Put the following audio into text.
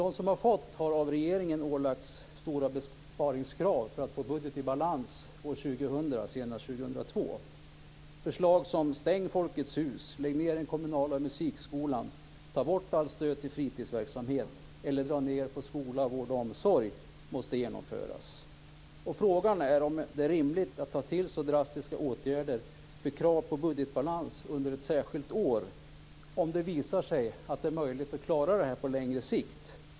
De som har fått pengar har av regeringen ålagts stora besparingskrav för att få budgeten i balans år 2000, senast år 2002. Det har handlat om olika förslag. Stäng Folkets hus! Lägg ned den kommunala musikskolan! Ta bort allt stöd till fritidsverksamhet, eller dra ned på skola, vård och omsorg! De förslagen måste genomföras. Frågan är om det är rimligt att ta till så drastiska åtgärder för krav på budgetbalans under ett särskilt år, om det visar sig att det är möjligt att klara det på längre sikt.